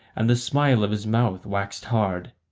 and the smile of his mouth waxed hard,